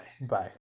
Bye